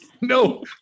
No